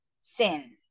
sin